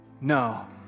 no